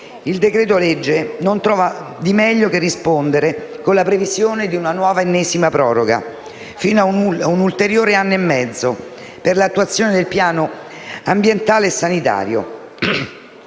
il decreto-legge non trova di meglio che rispondere con la previsione di un'ennesima proroga, fino a un ulteriore anno e mezzo, per l'attuazione del piano ambientale e sanitario